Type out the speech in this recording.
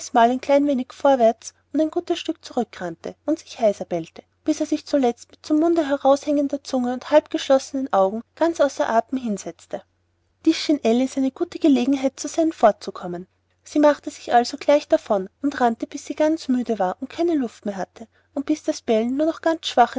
mal ein klein wenig vorwärts und ein gutes stück zurück rannte und sich heiser bellte bis er sich zuletzt mit zum munde heraushängender zunge und halb geschlossenen augen ganz außer athem hinsetzte dies schien alice eine gute gelegenheit zu sein fortzukommen sie machte sich also gleich davon und rannte bis sie ganz müde war und keine luft mehr hatte und bis das bellen nur noch ganz schwach